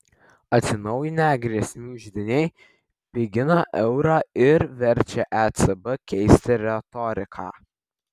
atsinaujinę grėsmių židiniai pigina eurą ir verčia ecb keisti retoriką